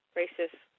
racist